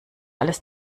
alles